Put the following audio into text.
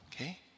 Okay